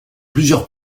plusieurs